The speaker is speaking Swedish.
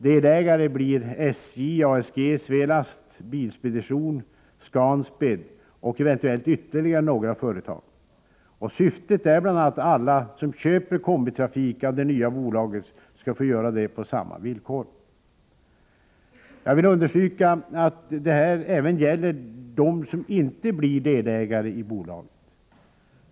Delägare blir SJ, ASG, Svelast, Bilspedition, Scansped och eventuellt ytterligare några företag. Syftet är bl.a. att alla som köper kombitrafik av det nya bolaget skall få göra detta på samma villkor. Jag vill understryka att detta gäller även dem som inte blir delägare i bolaget.